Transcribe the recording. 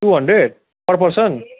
two hundred per person